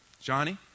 Johnny